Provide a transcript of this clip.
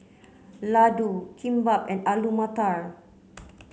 Ladoo Kimbap and Alu Matar